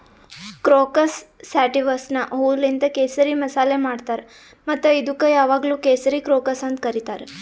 crocus ಸ್ಯಾಟಿವಸ್ನ ಹೂವೂಲಿಂತ್ ಕೇಸರಿ ಮಸಾಲೆ ಮಾಡ್ತಾರ್ ಮತ್ತ ಇದುಕ್ ಯಾವಾಗ್ಲೂ ಕೇಸರಿ ಕ್ರೋಕಸ್ ಅಂತ್ ಕರಿತಾರ್